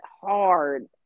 hard